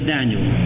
Daniel